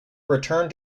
return